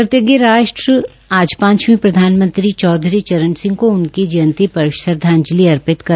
कृतज्ञ राष्ट्र ने आज पांचवें प्रधानमंत्री चौधरी चरण सिंह को उनकी जयंती पर श्रद्धांजलि अर्पित की